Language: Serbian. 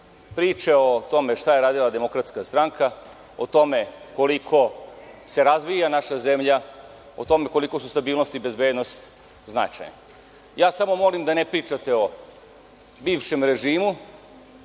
priče o tome šta je radila DS, o tome koliko se razvija naša zemlja, o tome koliko su stabilnost i bezbednost značajne. Ja samo molim da ne pričate o bivšem režimu.